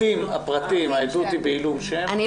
העדות היא בעילום שם.